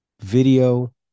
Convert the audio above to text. video